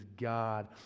God